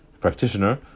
practitioner